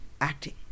acting